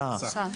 'מסע',